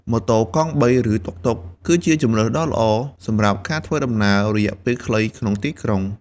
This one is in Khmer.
ម៉ូតូកង់បីឬតុកតុក គឺជាជម្រើសដ៏ល្អសម្រាប់ការធ្វើដំណើររយៈពេលខ្លីក្នុងទីក្រុង។